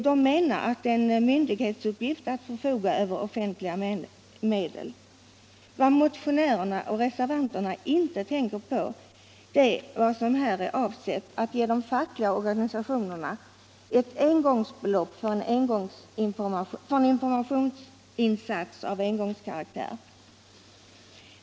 De menar att det är en myndighets uppgift att förfoga över offentliga medel: Vad motionärerna och reservanterna inte tänker på är att vad som här avses är att ge de fackliga organisationerna ett engångsbelopp för en informationsinsats av engångskaraktär.